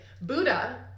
Buddha